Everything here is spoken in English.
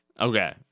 Okay